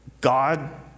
God